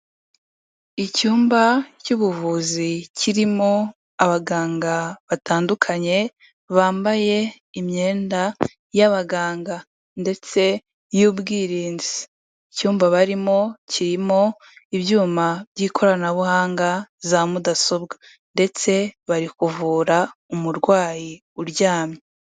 Icyumba cy'ubuvuzi kirimo abaganga batandukanye bambay